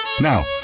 Now